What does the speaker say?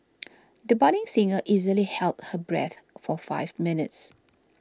the budding singer easily held her breath for five minutes